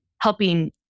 helping